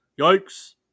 Yikes